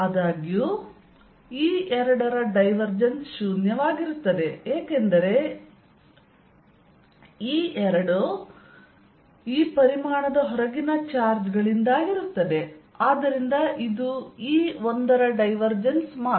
ಆದಾಗ್ಯೂ E2 ನ divergence ಶೂನ್ಯವಾಗಿರುತ್ತದೆ ಏಕೆಂದರೆ E2 ಈ ಪರಿಮಾಣದ ಹೊರಗಿನ ಚಾರ್ಜ್ ಗಳಿಂದಾಗಿರುತ್ತದೆ ಮತ್ತು ಆದ್ದರಿಂದ ಇದು E1 ನ ಡೈವರ್ಜೆನ್ಸ್ ಮಾತ್ರ